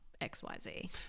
XYZ